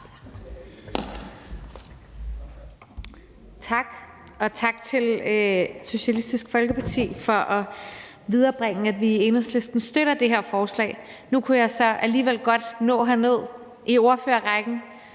Tak, og tak til Socialistisk Folkeparti for at viderebringe, at vi i Enhedslisten støtter det her forslag. Nu kunne jeg så alligevel godt nå at komme herned